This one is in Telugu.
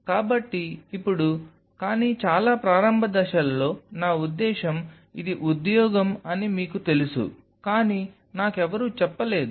కాబట్టి ఇప్పుడు కానీ చాలా ప్రారంభ దశల్లో నా ఉద్దేశ్యం ఇది ఉద్యోగం అని మీకు తెలుసు అని నాకు ఎవరూ చెప్పలేదు